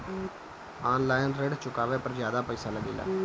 आन line ऋण चुकावे पर ज्यादा पईसा लगेला?